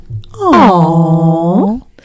Aww